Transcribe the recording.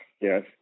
Yes